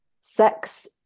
sex